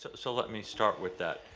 so so let me start with that,